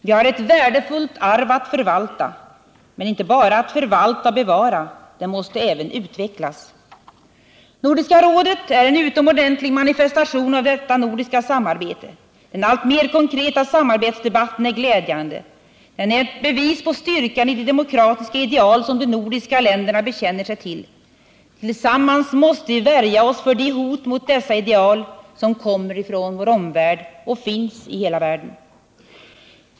Vi har ett värdefullt arv att förvalta — men inte bara att förvalta och bevara, det måste även utvecklas. Nordiska rådet är en utomordentlig manifestation av detta nordiska samarbete. Den alltmer konkreta samarbetsdebatten är glädjande. Den är ett bevis på styrkan i de demokratiska ideal som de nordiska länderna bekänner sig till. Tillsammans måste vi värja oss för de hot mot dessa ideal som kommer ifrån vår omvärld och finns i hela världen.